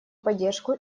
поддержку